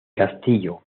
castillo